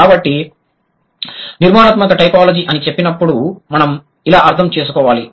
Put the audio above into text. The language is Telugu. కాబట్టి నిర్మాణాత్మక టైపోలాజీ అని చెప్పినప్పుడు మనం ఇలా అర్థం చేసుకోవాలి